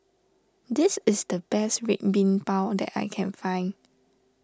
this is the best Red Bean Bao that I can find